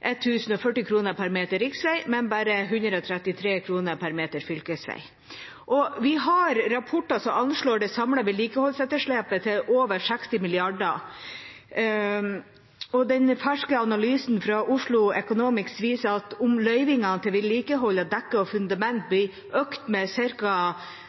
1 040 kr per meter riksvei, men bare 133 kr per meter fylkesvei. Vi har rapporter som anslår det samlede vedlikeholdsetterslepet til over 60 mrd. kr, og en fersk analyse fra Oslo Economics viser at om løyvingene til vedlikehold av dekke og fundament